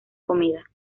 comida